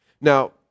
now